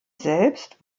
selbst